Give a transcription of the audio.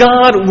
God